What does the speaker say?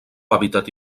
hàbitat